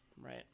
right